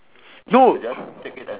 no